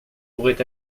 pourrait